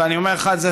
ואני אומר לך את זה,